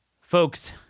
Folks